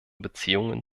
beziehungen